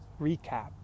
recap